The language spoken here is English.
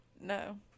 No